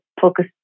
focus